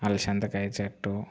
అలసందకాయ చెట్టు